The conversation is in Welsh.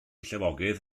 llifogydd